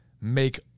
make